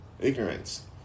Ignorance